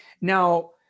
Now